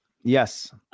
Yes